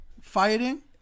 fighting